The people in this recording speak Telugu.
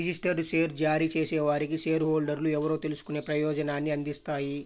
రిజిస్టర్డ్ షేర్ జారీ చేసేవారికి షేర్ హోల్డర్లు ఎవరో తెలుసుకునే ప్రయోజనాన్ని అందిస్తాయి